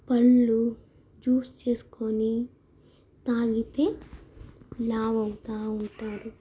పళ్ళు జ్యూస్ చేసుకొని తాగితే లావు అవుతు ఉంటారు